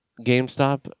gamestop